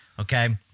Okay